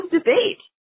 debate